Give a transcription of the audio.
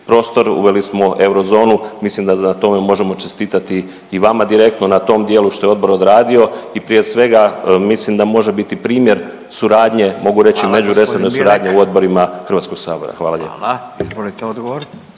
uveli smo eurozonu mislim da na tome možemo čestitati i vama direktno na tom dijelu što je odbor odradio. I prije svega mislim da može biti primjer suradnje mogu reći …/Upadica Radin: Hvala g. Bilek./…